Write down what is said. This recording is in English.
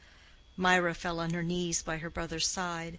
mirah fell on her knees by her brother's side,